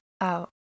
out